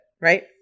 right